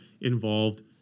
involved